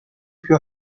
più